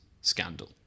scandal